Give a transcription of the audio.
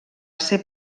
ser